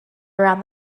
around